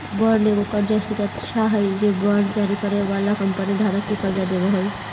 bond एक कर्जा सुरक्षा हई बांड जारी करे वाला कंपनी धारक के कर्जा देवऽ हई